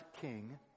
king